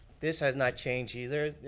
this has not changed, either.